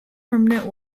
permanent